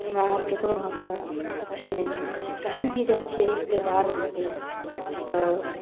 हमरा आर ककरो हाथके अच्छे नहि लगय छै कहीं भी जाइ छियै रिश्तेदार यहाँ भी तऽ